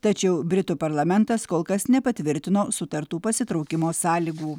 tačiau britų parlamentas kol kas nepatvirtino sutartų pasitraukimo sąlygų